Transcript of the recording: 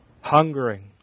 hungering